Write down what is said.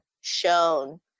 shown